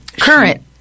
Current